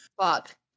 Fuck